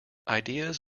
ideas